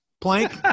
plank